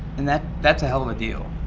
and that's that's a hell of a deal.